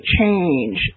change